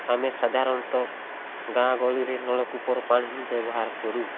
ଆମେ ସାଧାରଣତଃ ଗାଁ ଗହଳିରେ ନଳକୂପର ପାଣି ହିଁ ବ୍ୟବହାର କରୁ